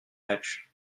much